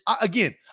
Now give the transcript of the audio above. again